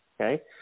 Okay